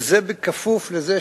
וזה בכפוף לכך